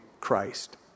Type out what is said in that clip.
Christ